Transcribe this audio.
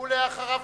ואחריו,